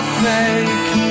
fake